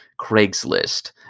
Craigslist